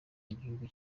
igihugu